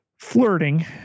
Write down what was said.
flirting